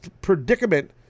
predicament